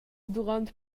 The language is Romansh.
duront